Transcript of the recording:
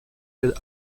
ailes